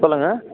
சொல்லுங்க